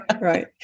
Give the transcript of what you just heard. Right